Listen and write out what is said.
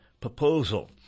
proposal